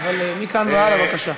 אבל מכאן והלאה, בבקשה.